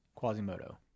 Quasimodo